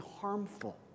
harmful